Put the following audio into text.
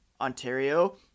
Ontario